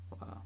Wow